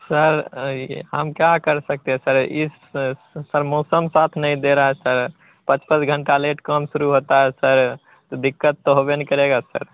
sir यह हम क्या कर सकते है सर इस सर मौसम साथ नहीं दे रहा सर पाँच पाँच घंटे लेट काम शुरू होता है सर तो दिक्कत तो होबे न करेगा सर